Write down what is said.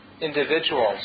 individuals